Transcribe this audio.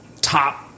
top